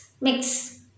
mix